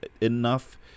enough